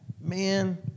Man